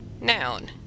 Noun